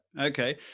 Okay